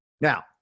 Now